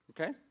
Okay